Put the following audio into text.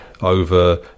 over